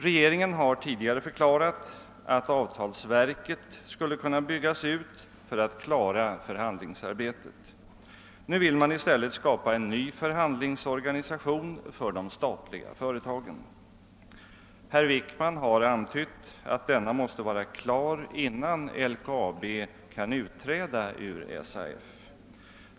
Regeringen har tidigare förklarat att avtalsverket skulle kunna byggas ut för att klara förhandlingsarbetet. Nu vill man i stället skapa en ny förhandlingsorganisation för de statliga företagen. Herr Wickman har antytt att denna måste vara klar innan LKAB kan utträda ur SAF.